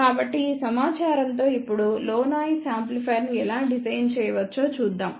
కాబట్టి ఈ సమాచారంతో ఇప్పుడు లో నాయిస్ యాంప్లిఫైయర్ను ఎలా డిజైన్ చేయవచ్చో చూద్దాం